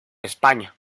españa